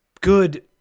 good